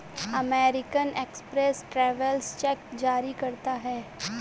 American Express travellers cheque जारी करता है